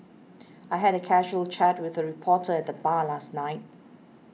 I had a casual chat with a reporter at the bar last night